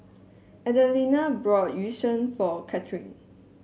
Adelina bought Yu Sheng for Kathryn